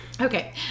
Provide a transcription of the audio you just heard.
Okay